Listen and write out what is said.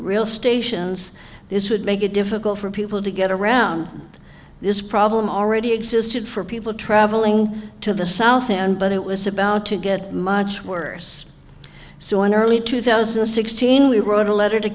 real stations this would make it difficult for people to get around this problem already existed for people traveling to the south and but it was about to get much worse so in early two thousand and sixteen we wrote a letter to